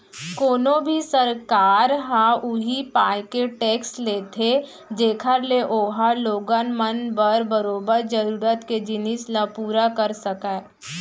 कोनो भी सरकार ह उही पाय के टेक्स लेथे जेखर ले ओहा लोगन मन बर बरोबर जरुरत के जिनिस ल पुरा कर सकय